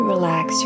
relax